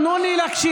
תנו לי להקשיב.